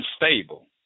unstable